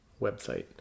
website